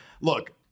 Look